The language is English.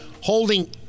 holding